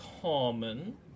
common